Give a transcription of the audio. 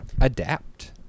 Adapt